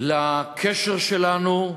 לקשר שלנו,